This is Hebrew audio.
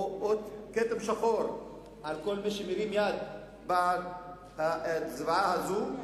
הוא כתם שחור על כל מי שמרים יד בעד הזוועה הזאת.